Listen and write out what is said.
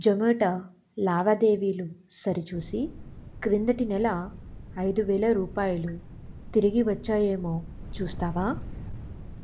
జొమాటో లావాదేవీలు సరిచూసి క్రిందటి నెల ఐదు వేల రూపాయలు తిరిగి వచ్చాయేమో చూస్తావా